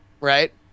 right